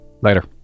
later